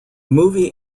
movie